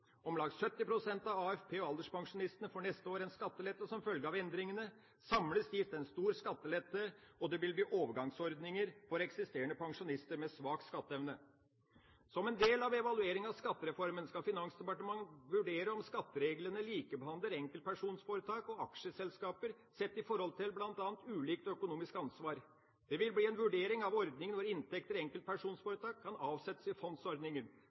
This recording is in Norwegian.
Om lag 70 pst. av AFP- og alderspensjonistene får neste år en skattelette som følge av endringene. Samlet gis det en stor skattelette, og det vil bli overgangsordninger for eksisterende pensjonister med svak skatteevne. Som en del av evalueringa av skattereformen skal Finansdepartementet vurdere om skattereglene likebehandler enkeltpersonforetak og aksjeselskaper sett i forhold til bl.a. ulikt økonomisk ansvar. Det vil bli vurdert en ordning hvor inntekter i enkeltpersonforetak kan avsettes i